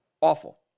Awful